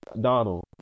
Donald